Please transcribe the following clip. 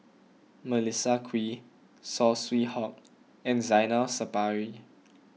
Melissa Kwee Saw Swee Hock and Zainal Sapari